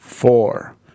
Four